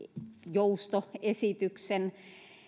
joustoesityksen